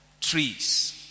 trees